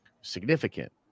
significant